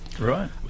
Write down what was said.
Right